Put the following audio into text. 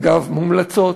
אגב, מומלצות,